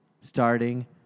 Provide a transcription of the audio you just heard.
starting